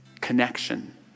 connection